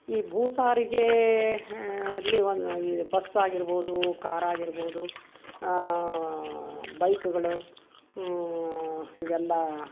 ಈ ಭೂ ಸಾರಿಗೇ ಅಲ್ಲಿ ಒಂದು ಈ ಬಸ್ ಆಗಿರ್ಬೋದೂ ಕಾರ್ ಆಗಿರ್ಬೋದು ಬೈಕ್ಗಳು ಇವೆಲ್ಲ